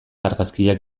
argazkiak